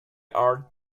are